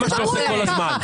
אל תדברו אליו ככה.